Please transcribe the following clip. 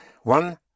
one